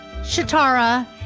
Shatara